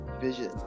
vision